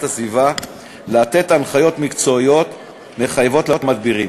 הסביבה לתת הנחיות מקצועיות מחייבות למדבירים,